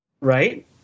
Right